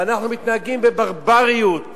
ואנחנו מתנהגים בברבריות